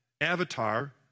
Avatar